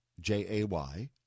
J-A-Y